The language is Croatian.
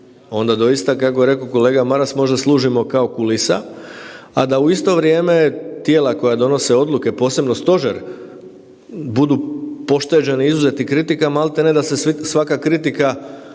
Onda doista kako je rekao kolega Maras možda služimo kao kulisa, a da u isto vrijeme tijela koja donose odluke posebno stožer budu pošteđeni, izuzeti kritika, malte ne da se svaka kritika